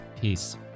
peace